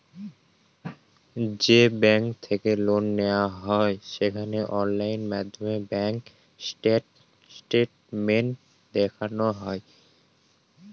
যে ব্যাঙ্ক থেকে লোন নেওয়া হয় সেখানে অনলাইন মাধ্যমে ব্যাঙ্ক স্টেটমেন্ট দেখানো হয়